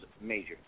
major